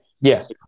Yes